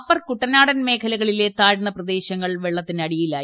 അപ്പർകുട്ടനാടൻ മേഖലകളിലെ താഴ്ന്ന പ്രദേശങ്ങൾ വെള്ളത്തിനടിയിലായി